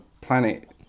planet